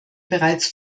bereits